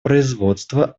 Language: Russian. производство